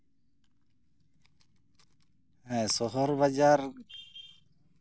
ᱦᱮᱸ ᱥᱚᱦᱚᱨ ᱵᱟᱡᱟᱨ